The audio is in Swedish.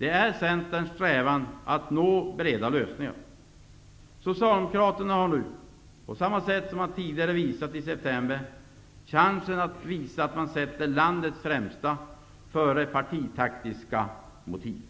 Det är Centerns strävan att nå breda lösningar. Socialdemokraterna har nu -- på samma sätt som man gjorde i september -- chansen att visa att man sätter landets främsta före partitaktiska motiv.